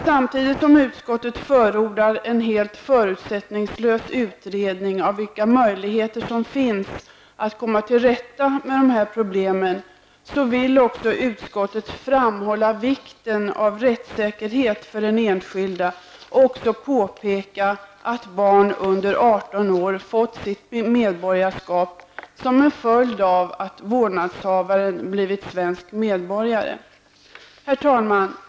Samtidigt som utskottet förordar en helt förutsättningslös utredning av vilka möjligheter som finns att komma till rätta med detta problem, vill utskottet framhålla vikten av rättssäkerhet för den enskilde. Man vill även påpeka att barn under Herr talman!